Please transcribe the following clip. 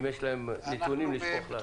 אם יש להם נתונים לשפוך לנו.